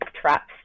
traps